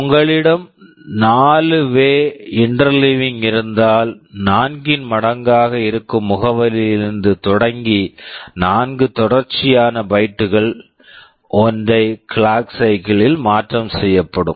உங்களிடம் 4 வேய் way interleaving interleaving இருந்தால் 4 இன் மடங்காக இருக்கும் முகவரியிலிருந்து தொடங்கி 4 தொடர்ச்சியான பைட்டு byte கள் ஒற்றை கிளாக் சைக்கிள் clock cycle ல் மாற்றம் செய்யப்படும்